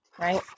right